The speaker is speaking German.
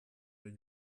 der